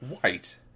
white